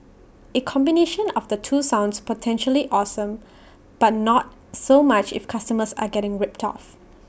A combination of the two sounds potentially awesome but not so much if customers are getting ripped off